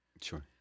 sure